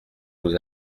nous